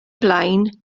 blaen